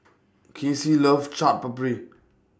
Kaycee loves Chaat Papri